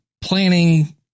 planning